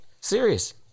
serious